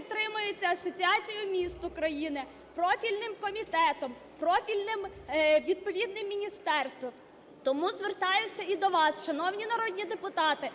підтримується Асоціацією міст України, профільним комітетом, профільним відповідним міністерством. Тому звертаюся і до вас, шановні народні депутати,